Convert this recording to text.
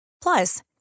Plus